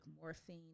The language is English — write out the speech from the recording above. morphine